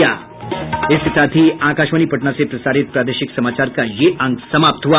इसके साथ ही आकाशवाणी पटना से प्रसारित प्रादेशिक समाचार का ये अंक समाप्त हुआ